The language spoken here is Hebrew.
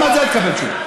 גם על זה תקבל תשובה.